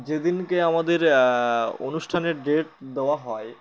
যেদিনকে আমাদের অনুষ্ঠানের ডেট দেওয়া হয়